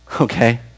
Okay